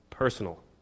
Personal